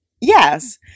Yes